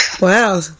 Wow